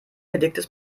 belegtes